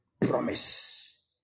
promise